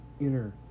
Inner